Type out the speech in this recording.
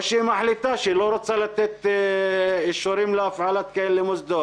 או שהיא מחליטה שהיא לא רוצה לתת אישורים להפעלת מוסדות כאלה.